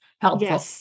helpful